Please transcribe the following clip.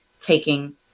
taking